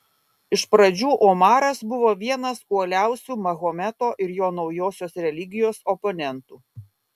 iš pradžių omaras buvo vienas uoliausių mahometo ir jo naujosios religijos oponentų